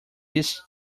this